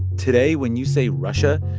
today, when you say russia,